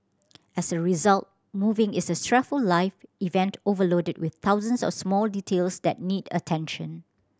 as a result moving is a stressful life event overloaded with thousands of small details that need attention